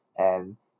and